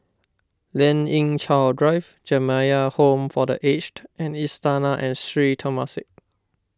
Lien Ying Chow Drive Jamiyah Home for the Aged and Istana and Sri Temasek